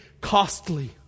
costly